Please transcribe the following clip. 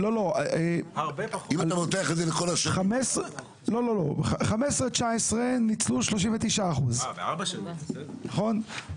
40%. 2015 2019 ניצלו 39%. נכון?